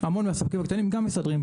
המון מהספקים הקטנים גם מסדרים,